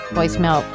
Voicemail